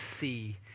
see